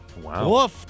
Wow